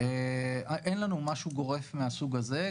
אין לנו משהו גורף מהסוג הזה.